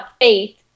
faith